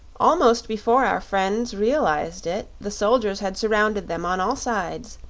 almost before our friends realized it the soldiers had surrounded them on all sides,